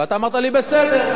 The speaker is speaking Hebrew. ואתה אמרת לי: בסדר,